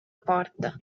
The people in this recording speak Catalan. porta